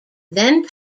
then